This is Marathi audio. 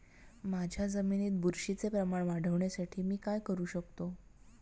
माझ्या जमिनीत बुरशीचे प्रमाण वाढवण्यासाठी मी काय करू शकतो?